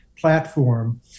platform